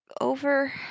over